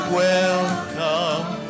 welcome